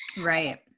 Right